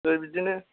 बिदिनो